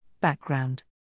background